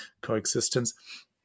coexistence